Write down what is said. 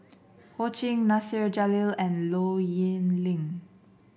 Ho Ching Nasir Jalil and Low Yen Ling